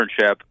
internship